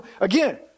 Again